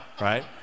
right